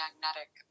magnetic